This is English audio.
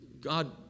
God